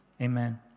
Amen